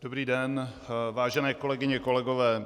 Dobrý den, vážené kolegyně, kolegové.